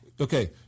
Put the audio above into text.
Okay